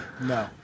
No